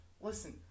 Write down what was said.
Listen